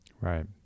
Right